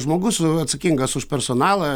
žmogus atsakingas už personalą